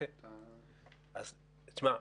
תשמע,